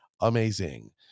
amazing